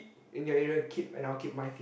in your area keep and I'll keep my feet